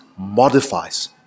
modifies